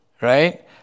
right